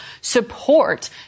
support